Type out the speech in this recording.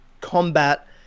combat